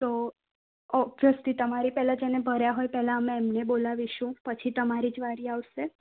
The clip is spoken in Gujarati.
તો ઓબ્વિસલી તમારી પેલા જેને ભર્યા હોય પેલા અમે એમને બોલાવીશું પછી તમારી જ વારી આવશે